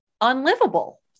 unlivable